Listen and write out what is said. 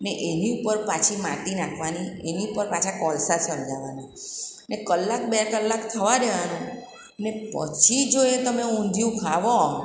ને એની ઉપર પાછી માટી નાખવાની એની ઉપર પાછા કોલસા સળગાવાના ને કલાક બે કલાક થવા દેવાનું ને પછી જો એ તમે ઊંધિયું ખાવો